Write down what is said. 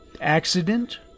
accident